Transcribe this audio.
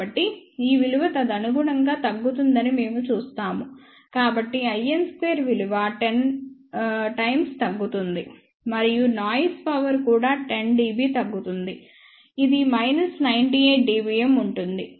కాబట్టి ఈ విలువ తదనుగుణంగా తగ్గుతుందని మేము చూస్తాము కాబట్టి in2విలువ 10 రెట్లు తగ్గుతుంది మరియు నాయిస్ పవర్ కూడా 10 dB తగ్గుతుంది ఇది మైనస్ 98 dBm ఉంటుంది